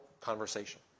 conversation